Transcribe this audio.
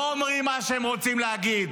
לא אומרים מה שהם רוצים להגיד.